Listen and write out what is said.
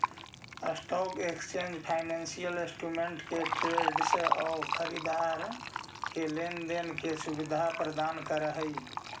stock exchange financial instrument के traders आउ खरीदार के लेन देन के सुविधा प्रदान करऽ हइ